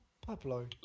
Pablo